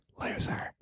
loser